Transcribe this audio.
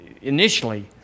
initially